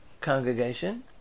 congregation